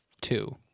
Two